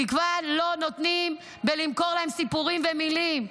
תקווה לא נותנים בלמכור להם סיפורים ומילים,